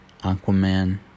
Aquaman